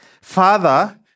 Father